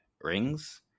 rings